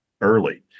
early